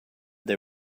they